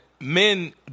Men